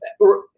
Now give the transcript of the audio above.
right